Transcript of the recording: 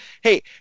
Hey